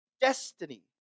destiny